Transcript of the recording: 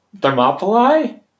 Thermopylae